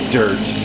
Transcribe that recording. dirt